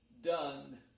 done